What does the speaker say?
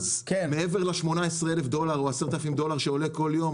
מעבר ל-10,000 דולר או 18,000 דולר שעולה כל יום,